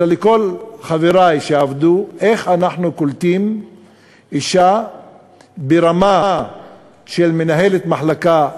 אלא לכל חברי שעבדו: איך אנחנו קולטים אישה ברמה של מנהלת מחלקה,